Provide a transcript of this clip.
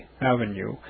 Avenue